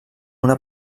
una